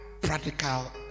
practical